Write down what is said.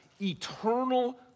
eternal